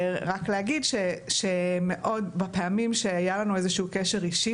רק להגיד שבפעמים שהיה לנו איזשהו קשר אישי,